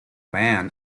ban